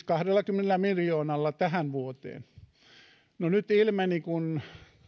kahdellakymmenellä miljoonalla tähän vuoteen nyt ilmeni kun